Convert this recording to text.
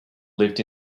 lived